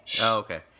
okay